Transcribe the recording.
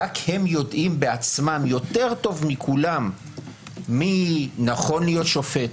רק הם בעצמם יודעים יותר טוב מכולם מי נכון להיות שופט,